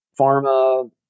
pharma